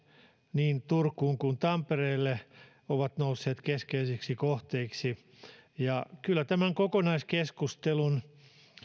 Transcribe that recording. niin turkuun kuin tampereelle ovat nousseet keskeisiksi kohteiksi kyllä tämän kokonaiskeskustelun